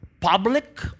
public